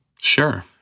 Sure